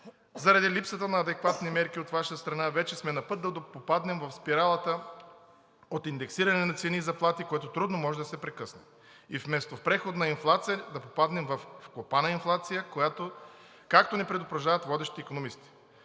Заради липсата на адекватни мерки от Ваша страна вече сме на път да попаднем в спиралата от индексиране на цени и заплати, което трудно може да се прекъсне, и вместо в преходна инфлация да попаднем във вкопана инфлация, както ни предупреждават водещи икономисти.